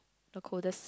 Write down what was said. the coldest